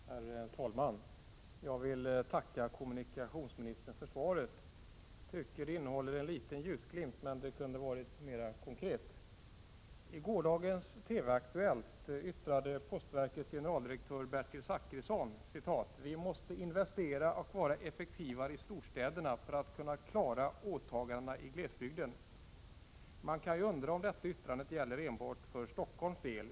Herr talman! Jag vill tacka kommunikationsministern för svaret. Jag tycker att det innehåller en liten ljusglimt, men det kunde ha varit mera konkret. risson att verket måste investera och vara mera effektivt i storstäderna för att kunna klara åtagandena i glesbygden. Man kan ju undra om detta yttrande gäller enbart för Stockholms del.